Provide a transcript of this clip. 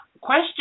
question